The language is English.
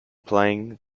playing